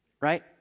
Right